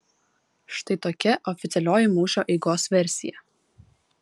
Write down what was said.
štai tokia oficialioji mūšio eigos versija